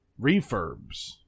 Refurbs